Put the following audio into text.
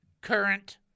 Current